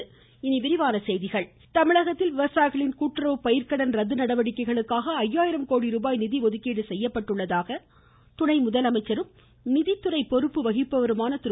சட்டப்பேரவை பட்ஜெட் தமிழகத்தில் விவசாயிகளின் கூட்டுறவு பயிர்கடன் ரத்து நடவடிக்கைகளுக்காக ஐயாயிரம் கோடி ருபாய் நிதி ஒதுக்கீடு செய்யப்பட்டுள்ளதாக துணை முதலமைச்சரும் நிதி துறை பொறுப்பு வகிப்பவருமான திரு